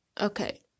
Okay